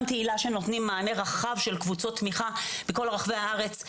גם תהל"ה שנותנים מענה רחב של קבוצות תמיכה בכל רחבי הארץ.